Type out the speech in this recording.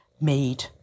made